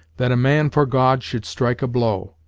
that a man for god should strike a blow,